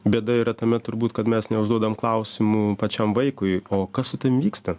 bėda yra tame turbūt kad mes neužduodam klausimų pačiam vaikui o kas vyksta